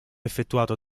effettuato